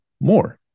more